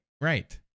right